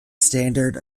standard